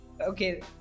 Okay